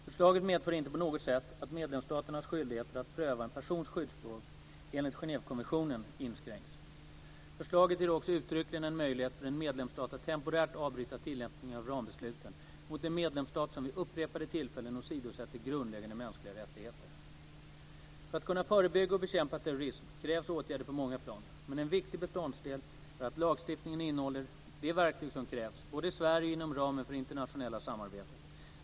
Förslaget medför inte på något sätt att medlemsstaternas skyldigheter att pröva en persons skyddsbehov enligt Genèvekonventionen inskränks. Förslaget ger också uttryckligen en möjlighet för en medlemsstat att temporärt avbryta tillämpningen av rambesluten mot en medlemsstat som vid upprepade tillfällen åsidosätter grundläggande mänskliga rättigheter. För att kunna förebygga och bekämpa terrorism krävs åtgärder på många plan, men en viktig beståndsdel är att lagstiftningen innehåller de verktyg som krävs, både i Sverige och inom ramen för det internationella samarbetet.